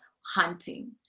hunting